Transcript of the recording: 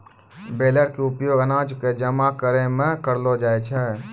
baler के उपयोग अनाज कॅ जमा करै मॅ करलो जाय छै